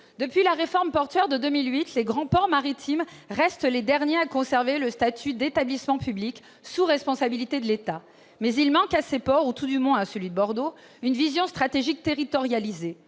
Depuis la réforme portuaire de 2008, les grands ports maritimes restent les derniers à conserver le statut d'établissement public sous responsabilité de l'État. Cependant, il manque à ces ports, tout du moins au port de Bordeaux, une vision stratégique territorialisée.